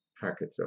package